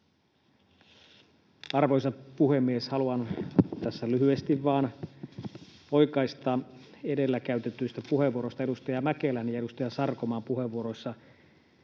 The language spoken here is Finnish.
Arvoisa puhemies! Haluan tässä lyhyesti vain oikaista edellä käytetyistä puheenvuoroista edustaja Mäkelän ja edustaja Sarkomaan puheenvuoroissa